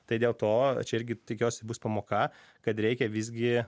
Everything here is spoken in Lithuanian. tai dėl to čia irgi tikiuosi bus pamoka kad reikia visgi